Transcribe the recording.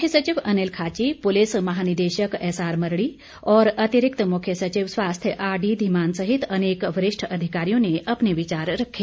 मुख्य सचिव अनिल खाची पुलिस महानिदेशक एसआर मरड़ी और अतिरिक्त मुख्य सचिव स्वास्थ्य आरडी धीमान सहित अनेक वरिष्ठ अधिकारियों ने अपने विचार रखे